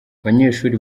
abanyeshuri